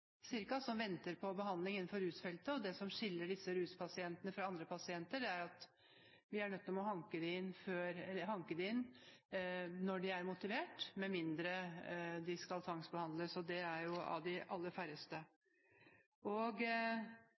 000 som venter på behandling innenfor rusfeltet. Det som skiller disse pasientene fra andre pasienter, er at vi er nødt til å hanke dem inn når de er motivert – med mindre de skal tvangsbehandles, og det er de aller færreste.